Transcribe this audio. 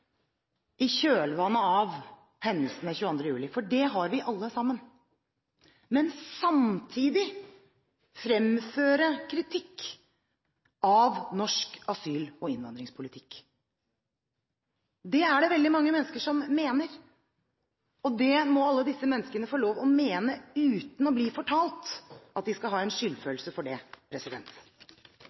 i kjølvannet av hendelsene 22. juli – for det har vi alle sammen – og samtidig fremføre kritikk av norsk asyl- og innvandringspolitikk. Det er det veldig mange mennesker som mener, og det må alle disse menneskene få lov å mene uten å bli fortalt at de skal ha skyldfølelse for det.